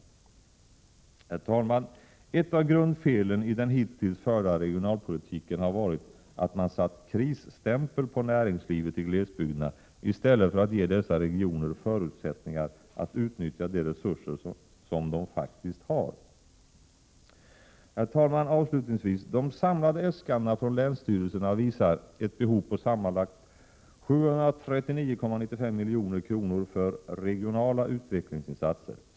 Herr talman! Ett av grundfelen i den hittills förda regionalpolitiken har varit att man satt krisstämpel på näringslivet i glesbygderna i stället för att ge dessa regioner förutsättningar att utnyttja de resurser som de faktiskt har. Herr talman! Avslutningsvis: De samlade äskandena från länsstyrelserna visar ett behov på sammanlagt 739,95 milj.kr. för Regionala utvecklingsinsatser.